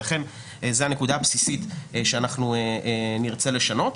לכן זו הנקודה הבסיסית שאנחנו נרצה לשנות.